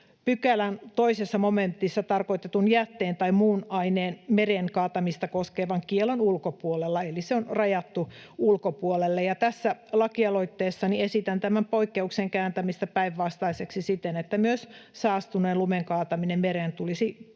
pykälän 2 momentissa tarkoitetun jätteen tai muun aineen mereen kaatamista koskevan kiellon ulkopuolelle. Eli se on rajattu ulkopuolelle, ja tässä lakialoitteessani esitän tämän poikkeuksen kääntämistä päinvastaiseksi siten, että myös saastuneen lumen kaataminen mereen tulisi kielletyksi